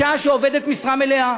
שאישה שעובדת משרה מלאה,